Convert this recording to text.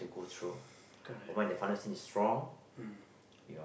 correct mm